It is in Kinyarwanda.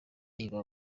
iba